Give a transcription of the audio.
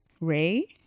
Ray